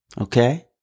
Okay